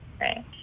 Right